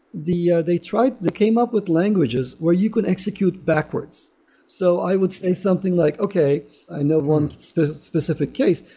yeah they tried they came up with languages where you can execute backwards so i would say something like, okay i know one specific specific case.